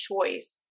choice